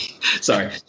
Sorry